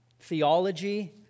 theology